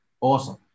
Awesome